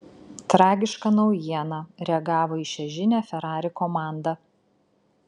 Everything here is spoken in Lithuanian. tragiška naujiena reagavo į šią žinią ferrari komanda